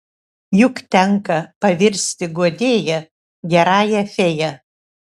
juk tenka pavirsti guodėja gerąją fėja